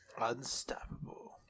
Unstoppable